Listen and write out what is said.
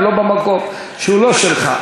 ולא למקום שהוא לא שלך.